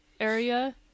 area